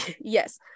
Yes